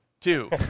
Two